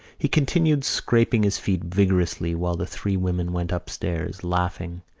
he continued scraping his feet vigorously while the three women went upstairs, laughing,